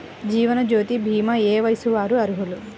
జీవనజ్యోతి భీమా ఏ వయస్సు వారు అర్హులు?